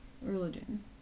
Religion